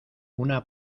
una